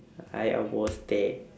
I I was there